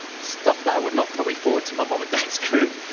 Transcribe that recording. stuff that i would not probably forward to my mom and dad's group.